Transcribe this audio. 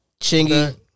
Chingy